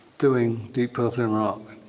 doing deep purple in rock